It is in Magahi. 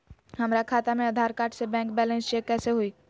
हमरा खाता में आधार कार्ड से बैंक बैलेंस चेक कैसे हुई?